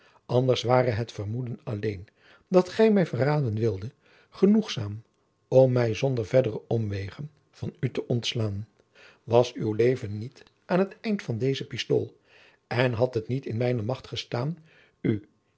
anders ware het vermoeden alleen dat gij mij verraden wildet genoegzaam om mij zonder verdere omwegen van u te ontslaan was uw leven niet aan het eind van deze pistool en had het niet in mijne macht gestaan u